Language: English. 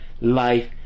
life